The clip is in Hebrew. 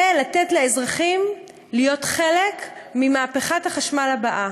זה לתת לאזרחים להיות חלק ממהפכת החשמל הבאה.